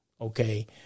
okay